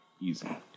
Easy